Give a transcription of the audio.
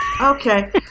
Okay